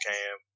Cam